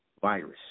virus